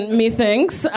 methinks